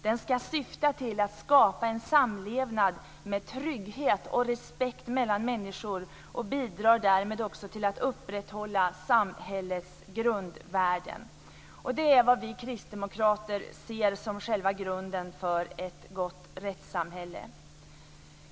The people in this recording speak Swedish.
Den ska syfta till att skapa en samlevnad med trygghet och respekt mellan människor och bidrar därmed också till att upprätthålla samhällets grundvärden." Det är vad vi kristdemokrater ser som själva grunden för ett gott rättssamhälle.